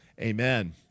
Amen